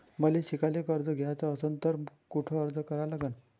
मले शिकायले कर्ज घ्याच असन तर कुठ अर्ज करा लागन?